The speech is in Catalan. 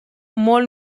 molt